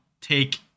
take